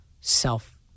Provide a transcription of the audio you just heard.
self